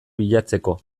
bilatzeko